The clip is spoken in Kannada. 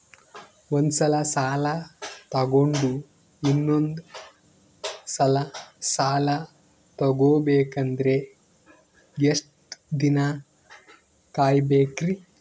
ಒಂದ್ಸಲ ಸಾಲ ತಗೊಂಡು ಇನ್ನೊಂದ್ ಸಲ ಸಾಲ ತಗೊಬೇಕಂದ್ರೆ ಎಷ್ಟ್ ದಿನ ಕಾಯ್ಬೇಕ್ರಿ?